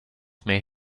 may